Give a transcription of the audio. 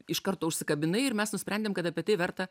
iš karto užsikabinai ir mes nusprendėm kad apie tai verta